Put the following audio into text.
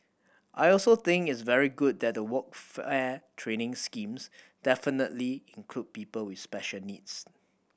I also think it's very good that the training schemes definitively include people with special needs